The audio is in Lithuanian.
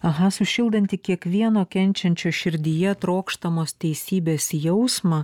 aha sušildanti kiekvieno kenčiančio širdyje trokštamos teisybės jausmą